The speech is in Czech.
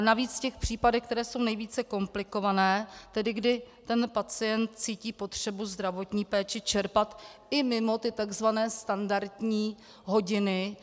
Navíc v případech, které jsou nejvíce komplikované, tedy kdy pacient cítí potřebu zdravotní péči čerpat i mimo tzv. standardní hodiny.